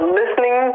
listening